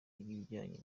ibijyanye